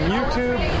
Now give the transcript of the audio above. YouTube